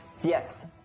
Yes